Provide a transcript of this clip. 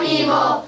evil